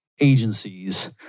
agencies